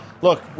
look